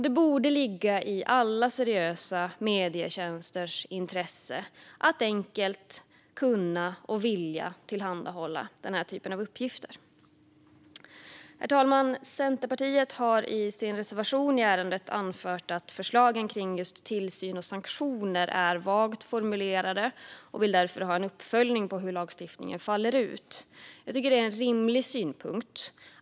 Det borde ligga i alla seriösa medietjänsters intresse att enkelt kunna och vilja tillhandahålla den här typen av uppgifter. Herr talman! Centerpartiet har i sin reservation i ärendet anfört att förslagen kring tillsyn och sanktioner är vagt formulerade och att man därför vill ha en uppföljning av hur lagstiftningen faller ut. Det är en rimlig synpunkt.